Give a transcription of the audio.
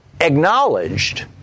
acknowledged